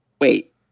wait